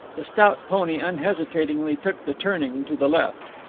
the stout pony unhesitatingly took the turning to the left.